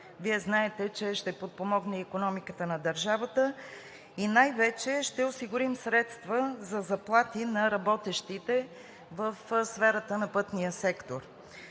Вие знаете, че ще подпомогне икономиката на държавата и най-вече ще осигурим средства за заплати на работещите в сферата на пътния сектор.